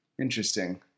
Interesting